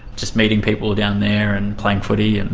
just meeting people down there and playing footy. and